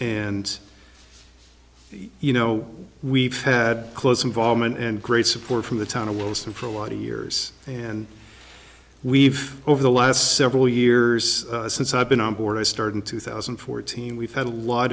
and you know we've had close involvement and great support from the town of wells for a lot of years and we've over the last several years since i've been on board i started in two thousand and fourteen we've had a lot